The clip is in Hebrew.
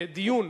הדיון,